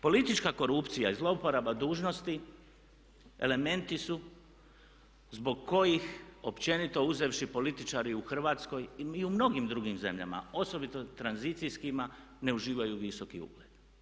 Politička korupcija i zlouporaba dužnosti elementi su zbog kojih općenito uzevši političari u Hrvatskoj i u mnogim drugim zemljama, osobito tranzicijskima ne uživaju visoki ugled.